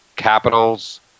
capitals